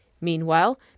Meanwhile